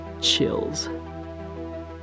Chills